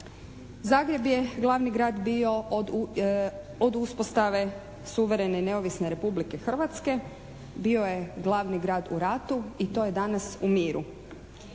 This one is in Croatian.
Zagreb je glavni grad bio od uspostave suverene i neovisne Republike Hrvatske, bio je glavni grad u ratu i to je danas u miru.